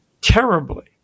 terribly